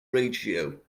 ratio